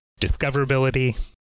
discoverability